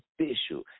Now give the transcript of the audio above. official